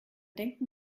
denken